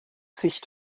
sich